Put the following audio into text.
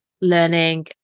learning